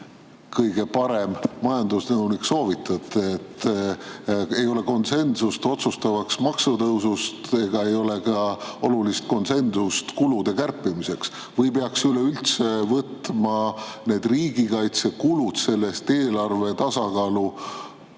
kõige parem majandusnõunik soovitate? Ei ole konsensust otsustavaks maksutõusuks ega ka olulist konsensust kulude kärpimiseks. Kas peaks üleüldse võtma need riigikaitsekulud sellest eelarve tasakaalu